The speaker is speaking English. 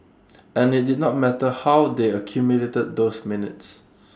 and IT did not matter how they accumulated those minutes